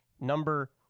number